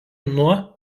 nuo